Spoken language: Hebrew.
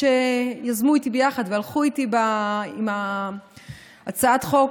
שיזמו איתי ביחד והלכו איתי עם הצעת החוק.